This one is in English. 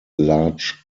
large